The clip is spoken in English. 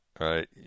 Right